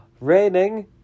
Raining